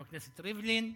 חבר הכנסת ריבלין,